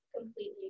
completely